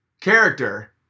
character